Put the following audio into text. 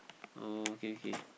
oh okay okay